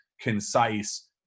concise